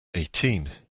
eighteen